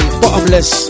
bottomless